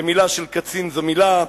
ומלה של קצין זו מלה,